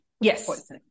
Yes